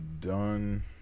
done